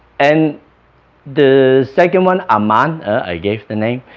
and the second one aman i gave the name